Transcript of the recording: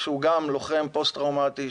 שגם הוא לוחם פוסט-טראומתי,